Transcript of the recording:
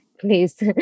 please